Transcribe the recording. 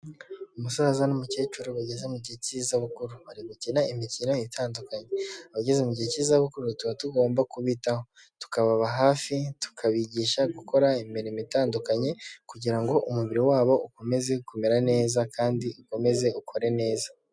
Umusaza n'umukecuru bageze mu gihe cy'izabukuru. Bari gukina imikino itandukanye, abageze mu gihe cy'izabukuru tuba tugomba kubitaho, tukababa hafi tukabigisha gukora imirimo itandukanye, kugira ngo umubiri wabo ukomeze kumera neza, kandi ukomeze ukore neza.